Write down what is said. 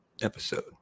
episode